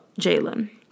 Jalen